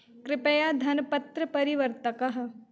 कृपया धनपत्रं परिवर्त